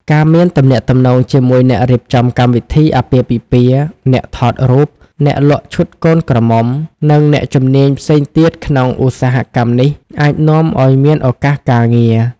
ការមានទំនាក់ទំនងជាមួយអ្នករៀបចំកម្មវិធីអាពាហ៍ពិពាហ៍ អ្នកថតរូប អ្នកលក់ឈុតកូនក្រមុំ និងអ្នកជំនាញផ្សេងទៀតក្នុងឧស្សាហកម្មនេះអាចនាំឱ្យមានឱកាសការងារ។